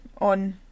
on